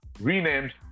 renamed